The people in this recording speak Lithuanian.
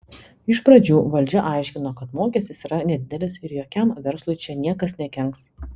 iš pradžių valdžia aiškino kad mokestis yra nedidelis ir jokiam verslui čia niekas nekenks